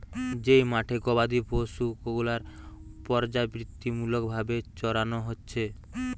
যেই মাঠে গোবাদি পশু গুলার পর্যাবৃত্তিমূলক ভাবে চরানো হচ্ছে